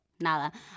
nada